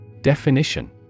Definition